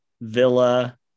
Villa